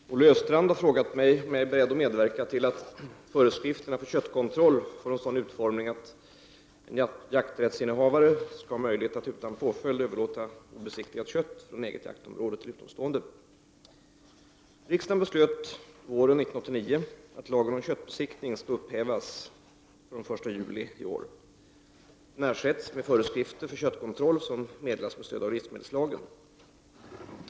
Herr talman! Olle Östrand har frågat mig om jag är beredd att medverka till att föreskrifterna för köttkontroll får en sådan utformning att en jakträttsinnehavare har möjlighet att utan påföljd överlåta obesiktigat kött från eget jaktområde till utomstående. Riksdagen beslöt våren 1989 att lagen om köttbesiktning skall upphävas per den I juli 1990. Denna ersätts med föreskrifter för köttkontroll som meddelas med stöd av livsmedelslagen.